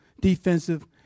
defensive